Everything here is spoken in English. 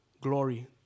glory